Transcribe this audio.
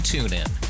TuneIn